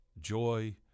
joy